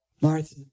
Martha